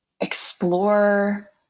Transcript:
explore